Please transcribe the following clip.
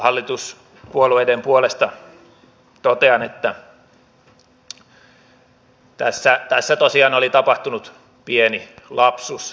hallituspuolueiden puolesta totean että tässä tosiaan oli tapahtunut pieni lapsus alun perin